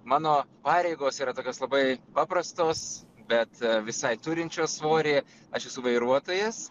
mano pareigos yra tokios labai paprastos bet visai turinčios svorį aš esu vairuotojas